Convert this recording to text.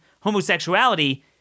homosexuality